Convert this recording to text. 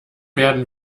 werden